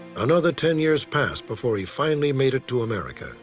another ten years passed before he finally made it to america